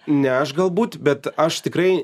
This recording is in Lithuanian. ne aš galbūt bet aš tikrai